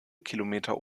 kilometer